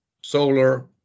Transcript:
solar